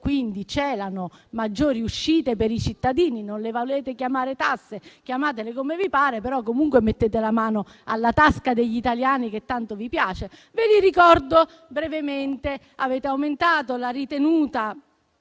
quindi celano maggiori uscite per i cittadini. Non le volete chiamare tasse? Chiamatele come vi pare, però comunque mettete la mano nella tasca degli italiani, che tanto vi piace. Ve li ricordo brevemente: avete aumentato dall'8